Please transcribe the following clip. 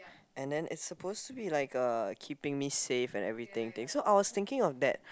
and then it's supposed to be like uh keeping me safe and everything thing so I was thinking of that